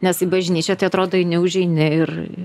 nes į bažnyčią tai atrodo eini užeini ir